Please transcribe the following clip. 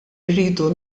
irridu